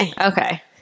Okay